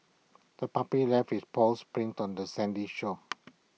the puppy left its paws prints on the sandy shore